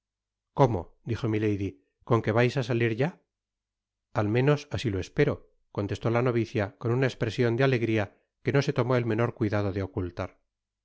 cómo dijo milady con que vais á satir ya al meno asi lo espero contestó la novicia con una espresion de alegria que no se tomó el menor cuidado de ocultar